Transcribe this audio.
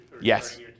Yes